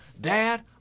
dad